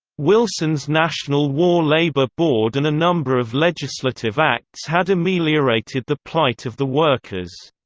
wilson's national war labor board and a number of legislative acts had ameliorated the plight of the workers.